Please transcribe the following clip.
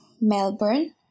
Melbourne